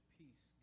peace